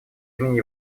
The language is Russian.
имени